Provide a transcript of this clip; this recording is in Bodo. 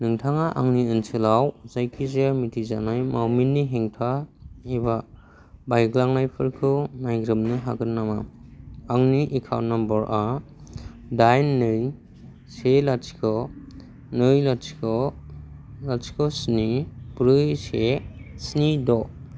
नोंथाङा आंनि ओनसोलाव जायखिजाया मिथिजानाय मावमिननि हेंथा एबा बायग्लांनायफोरखौ नायग्रोमनो हागोन नामा आंनि एकाउन्ट नम्बर आ दाइन नै से लाथिख' नै लाथिख' लाथिख' स्नि ब्रै से स्नि द'